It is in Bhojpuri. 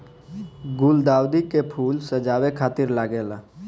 गुलदाउदी के फूल सजावे खातिर लागेला